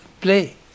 play